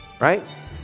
right